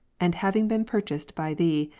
and having been purchased by thee,